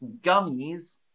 gummies